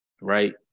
right